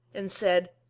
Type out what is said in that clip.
and said,